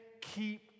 keep